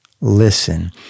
listen